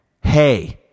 Hey